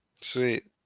sweet